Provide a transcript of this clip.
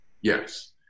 Yes